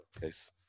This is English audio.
case